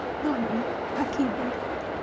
not me. i can't beat it.